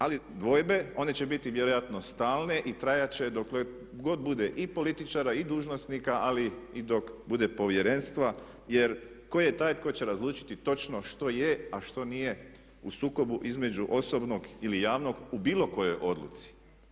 Ali dvojbe, one će biti vjerojatno stalne i trajat će dokle god bude i političara i dužnosnika ali i dok bude povjerenstva jer koji je taj koji će razlučiti točno što je, a što nije u sukobu između osobnog ili javnog u bilo kojoj odluci.